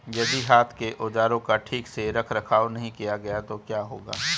यदि हाथ के औजारों का ठीक से रखरखाव नहीं किया गया तो क्या होगा?